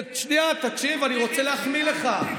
שנייה, תקשיב, אני רוצה להחמיא לך.